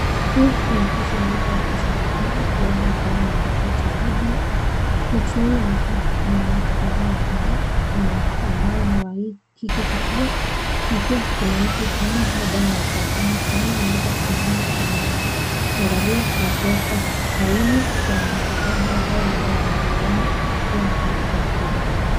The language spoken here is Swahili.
Hii ni ofisi moja ya serikali, huenda ikiwa ni kituo cha huduma, na tunaona hapa kuna watu kadhaa wa kadhaa, kuna ambao ni wa hiki kituo, na pia kuna mtu fulani labda ni wa kampuni fulani na hapa tunaona, anaangalia na kuweka saini kwa mkataba ambao labda wameelewa katika hio kampuni.